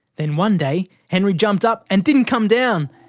then one day, henry jumped up and didn't come down.